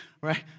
right